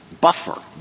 buffer